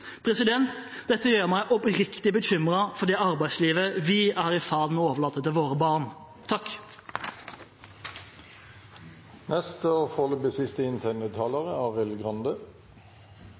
Dette gjør meg oppriktig bekymret for det arbeidslivet vi er i ferd med å overlate til våre barn. Det er riktig som Terje Breivik sier, at dette arbeidet er